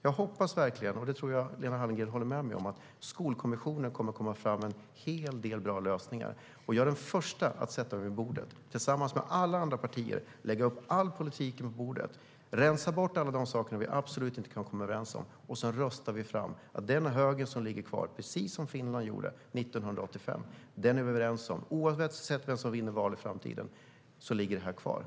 Jag hoppas verkligen - det tror jag att Lena Hallengren håller med mig om - att Skolkommissionen kommer att komma fram med en hel del bra lösningar. Jag är den förste att sätta mig vid bordet tillsammans med alla andra partier, lägga upp all politik på bordet, rensa bort alla saker som vi absolut inte kan komma överens om och sedan röstar vi om det som ligger i den hög vi är överens om. Det var precis det som Finland gjorde 1985. Oavsett vem som vinner val i framtiden ligger detta kvar.